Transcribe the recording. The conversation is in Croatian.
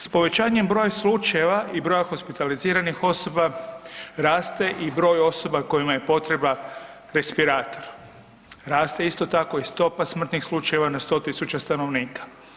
S povećanjem broja slučajeva i broja hospitaliziranih osoba raste i broj osoba kojima je potreban respirator, raste isto tako i stopa smrtnih slučajeva na 100.00 stanovnika.